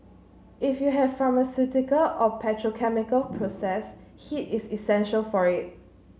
if you have pharmaceutical or petrochemical process heat is essential for it